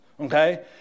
okay